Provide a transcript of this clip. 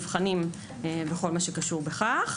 מבחנים וכל הקשור בכך.